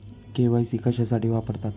KYC कशासाठी वापरतात?